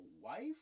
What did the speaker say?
wife